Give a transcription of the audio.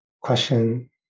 question